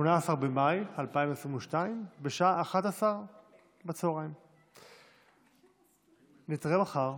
18 במאי 2022, בשעה 11:00. נתראה מחר.